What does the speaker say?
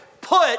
Put